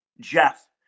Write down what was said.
Jeff